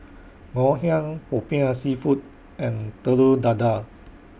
Ngoh Hiang Popiah Seafood and Telur Dadah